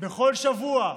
בכל שבוע,